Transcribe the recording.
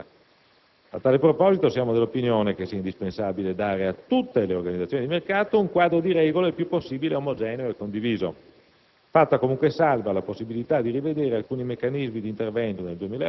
Oggi discutiamo dell'applicazione di alcuni suoi princìpi nel settore dell'ortofrutta. A tale proposito siamo dell'opinione che sia indispensabile dare a tutte le organizzazioni del mercato un quadro di regole il più possibile omogeneo e condiviso,